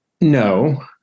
No